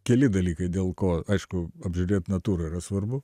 keli dalykai dėl ko aišku apžiūrėt natūrą yra svarbu